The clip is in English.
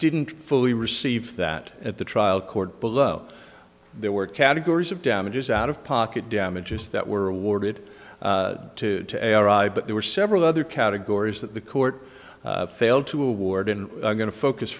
didn't fully receive that at the trial court below there were categories of damages out of pocket damages that were awarded to but there were several other categories that the court failed to award in going to focus